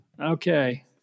Okay